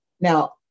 Now